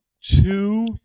two